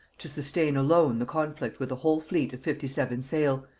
to sustain alone the conflict with a whole fleet of fifty-seven sail,